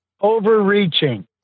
Overreaching